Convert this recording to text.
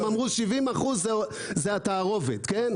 הם אמרו 70% זה התערובת, כן?